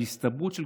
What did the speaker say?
בהסתברות של